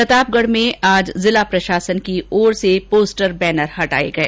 प्रतापगढ में आज जिला प्रशासन की ओर से पोस्टर बैनर हटाए गए